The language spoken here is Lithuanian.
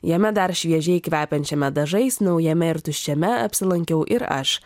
jame dar šviežiai kvepiančiame dažais naujame ir tuščiame apsilankiau ir aš